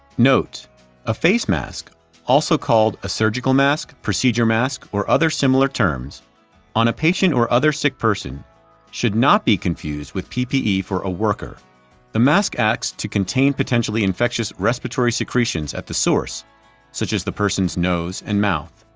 note a face mask also called a surgical mask, procedure mask or other similar terms on a patient or other sick person should not be confused with ppe for a worker the mask acts to contain potentially infectious respiratory secretions at the source such as the person's nose and mouth.